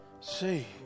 see